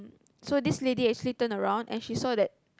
so this lady actually turn around and she saw that